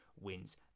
wins